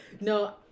No